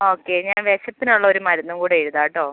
okay ഞാൻ വിശപ്പിനുള്ള ഒരു മരുന്നും കൂടെ എഴുതാട്ടോ